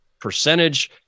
percentage